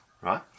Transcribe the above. Right